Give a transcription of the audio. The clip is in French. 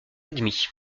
admis